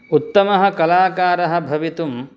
उत्तमः कलाकारः भवितुम्